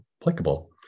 applicable